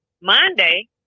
Monday